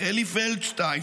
אלי פלדשטיין,